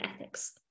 ethics